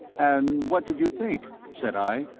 and what did you think? said i,